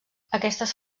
aquestes